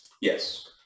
Yes